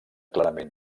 clarament